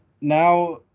now